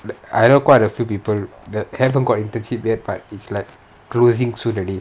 I know quite a few people that haven't got internship yet but is like closing soon already